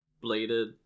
bladed